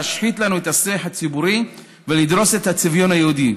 להשחית לנו את השיח הציבורי ולדרוס את הצביון היהודי.